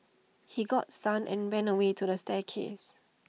he got stunned and ran away to the staircase